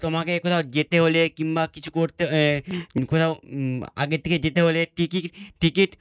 তোমাকে কোথাও যেতে হলে কিংবা কিছু করতে কোথাও আগে থেকে যেতে হলে টিকিট টিকিট